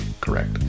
correct